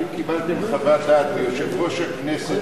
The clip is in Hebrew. האם קיבלתם חוות-דעת מיושב-ראש הכנסת